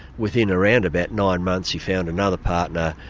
within around about nine months he found another partner,